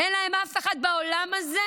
אין להם אף אחד בעולם הזה